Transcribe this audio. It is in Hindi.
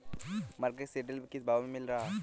मार्केट में सीद्रिल किस भाव में मिल रहा है?